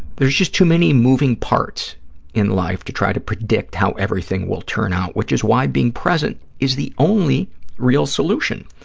there's just too many moving parts in life to try to predict how everything will turn out, which is why being present is the only real solution.